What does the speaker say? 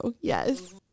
Yes